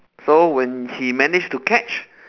so when he manage to catch